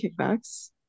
kickbacks